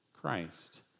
Christ